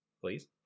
Please